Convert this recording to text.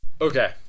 Okay